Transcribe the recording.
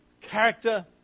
character